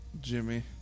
Jimmy